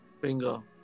Bingo